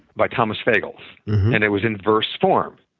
by thomas bagels and it was in verse form.